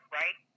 right